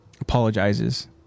apologizes